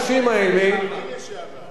גם אתה חבר הקואליציה לשעבר,